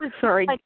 Sorry